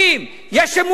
יש אמונות,